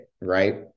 right